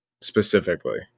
specifically